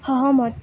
সহমত